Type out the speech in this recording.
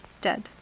dead